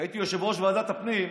כשהייתי יושב-ראש ועדת הפנים,